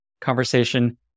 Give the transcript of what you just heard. conversation